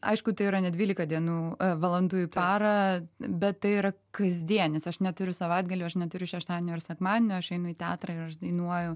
aišku tai yra ne dvylika dienų valandų į parą bet tai yra kasdienis aš neturiu savaitgalių aš neturiu šeštadienio ir sekmadienio aš einu į teatrą ir aš dainuoju